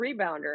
rebounder